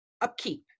upkeep